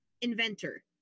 inventor